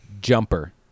Jumper